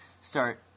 start